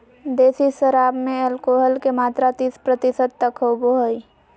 देसी शराब में एल्कोहल के मात्रा तीस प्रतिशत तक होबो हइ